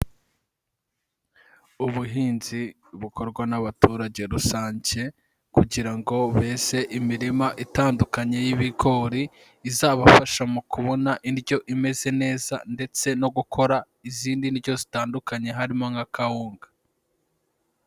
Ubuhinzi bukorwa n'abaturage rusange kugira ngo beze imirima itandukanye y'ibigori, izabafasha mu kubona indyo imeze neza ndetse no gukora izindi ndyo zitandukanye harimo nka kawunga.